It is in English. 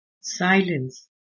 silence